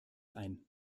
ein